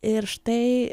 ir štai